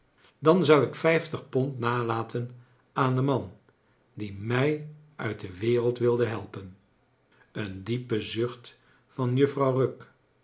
dan zou ik vijf tig pond nalaten aan den man die i mij uit de wereld wilde helpen j een diepe zucht van juffrouw